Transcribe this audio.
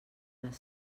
les